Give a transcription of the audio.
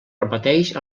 repeteix